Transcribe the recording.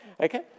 Okay